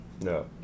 No